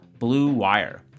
BLUEWIRE